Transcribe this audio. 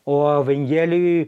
o evangelijoj